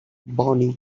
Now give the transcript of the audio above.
bonnie